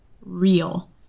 real